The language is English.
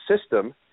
system